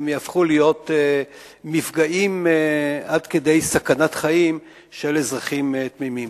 הם יהפכו להיות מפגעים עד כדי סכנת חיים של אזרחים תמימים.